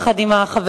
יחד עם החברים,